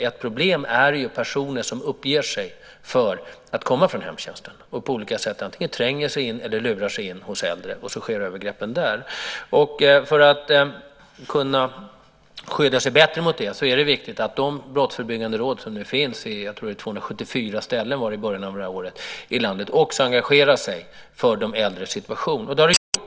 Ett problem är ju personer som utger sig för att komma från hemtjänsten och på olika sätt antingen tränger sig in eller lurar sig in hos äldre, och så sker övergreppen där. För att kunna skydda sig bättre mot det är det viktigt att de brottsförebyggande råd som nu finns i landet på 274 ställen, tror jag att det var i början av året, också engagerar sig i de äldres situation. Det har man också gjort.